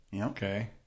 Okay